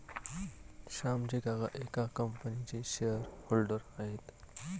श्यामचे काका एका कंपनीचे शेअर होल्डर आहेत